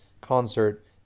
concert